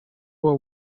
war